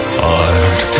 hard